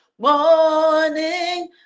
morning